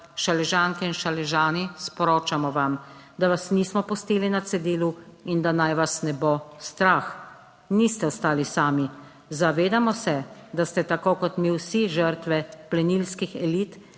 Šaležanke in Šaležani, sporočamo vam, da vas nismo pustili na cedilu in da naj vas ne bo strah niste ostali sami. Zavedamo se, da ste tako kot mi vsi žrtve plenilskih elit,